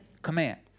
Command